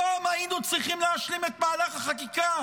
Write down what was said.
היום היינו צריכים להשלים את מהלך החקיקה